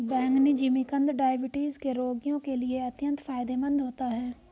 बैंगनी जिमीकंद डायबिटीज के रोगियों के लिए अत्यंत फायदेमंद होता है